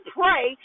pray